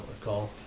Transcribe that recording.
recall